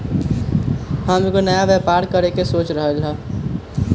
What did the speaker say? हम एगो नया व्यापर करके सोच रहलि ह